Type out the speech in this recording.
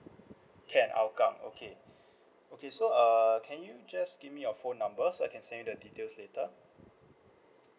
can I'll come okay okay so uh can you just give me your phone number so I can send you the details later